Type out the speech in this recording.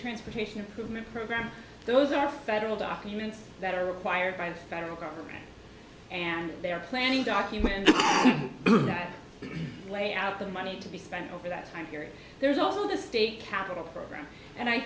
transportation improvement program those are federal documents that are required by the federal government and they are planning documents that lay out the money to be spent over that time period there's also the state capital program and i